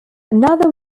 another